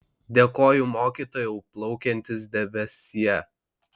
dėkoju mokytojau plaukiantis debesie